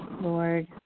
Lord